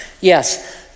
Yes